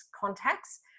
contacts